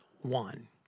one